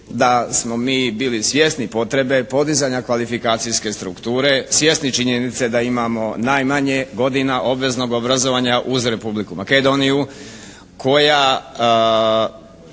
da smo mi bili svjesni potrebe podizanja kvalifikacijske strukture, svjesni činjenice da imamo najmanje godina obveznog obrazovanja uz Republiku Makedoniju koja